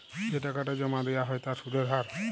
যে টাকাটা জমা দেয়া হ্য় তার সুধের হার